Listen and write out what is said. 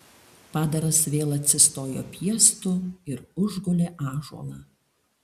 padaras vėl atsistojo piestu ir užgulė ąžuolą